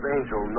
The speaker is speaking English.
Angel